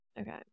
Okay